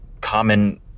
common